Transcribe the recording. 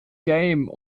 game